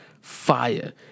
fire